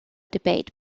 debate